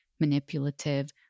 manipulative